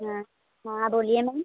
हाँ हाँ बोलिए मैम